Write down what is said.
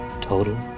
total